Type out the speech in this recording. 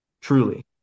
Truly